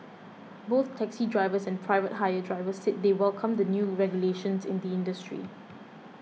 both taxi drivers and private hire drivers said they welcome the new regulations in the industry